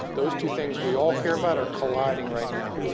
those two things we all care about are colliding right now.